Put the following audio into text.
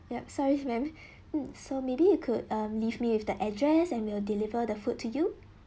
yup sorry ma'am mm so maybe you could mm leave me with the address and we'll deliver the food to you